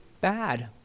bad